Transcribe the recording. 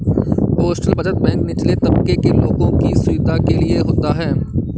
postal बचत bank निचले तबके के लोगों की सुविधा के लिए होता है